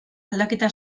aldaketa